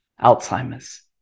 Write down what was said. Alzheimer's